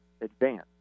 advance